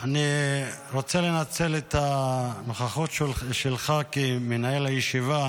אני רוצה לנצל את הנוכחות שלך כמנהל הישיבה